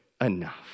enough